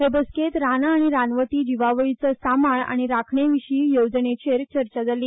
हे बसकेंत रानां आनी रानवटीं जिवावळीचो सांबाळ आनी राखणेविशीं येवजणेचेर चर्चा जाली